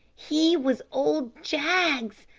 he was old jaggs.